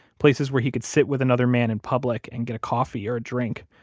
places where he could sit with another man in public and get a coffee or a drink.